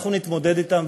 אנחנו נתמודד אתם.